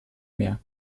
mehr